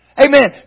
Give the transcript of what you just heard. Amen